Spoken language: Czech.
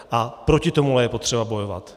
A proti tomu je potřeba bojovat.